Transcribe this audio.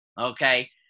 okay